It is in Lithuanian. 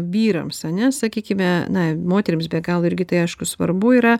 vyrams ane sakykime na moterims be galo irgi tai aišku svarbu yra